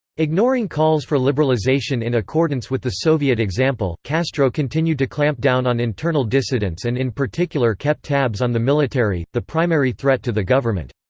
ignoring calls for liberalization in accordance with the soviet example, castro continued to clamp down on internal dissidents and in particular kept tabs on the military, the primary threat to the government.